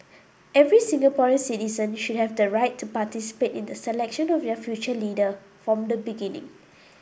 every Singapore citizen should have the right to participate in the selection of their future leader from the beginning